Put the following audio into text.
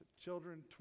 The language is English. Children